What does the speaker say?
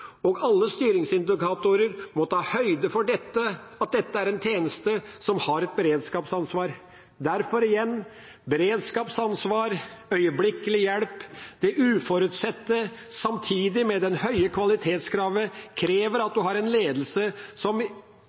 Alle styringsindikatorer må ta høyde for at dette er en tjeneste som har et beredskapsansvar. Derfor igjen: Beredskapsansvar, øyeblikkelig hjelp og det uforutsette, sammen med det høye kvalitetskravet, krever at en har en ledelse som